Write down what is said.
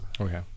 Okay